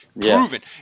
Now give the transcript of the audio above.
Proven